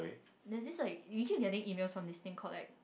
there's this like you keep getting emails from this thing called like